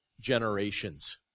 generations